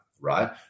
right